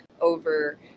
over